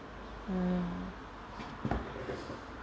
um